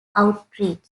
outreach